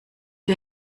dir